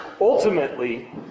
ultimately